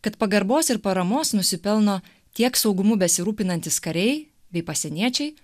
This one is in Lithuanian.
kad pagarbos ir paramos nusipelno tiek saugumu besirūpinantys kariai bei pasieniečiai